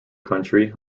country